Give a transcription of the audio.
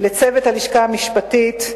לצוות הלשכה המשפטית: